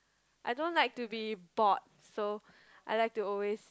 I don't like to be bored so I like to always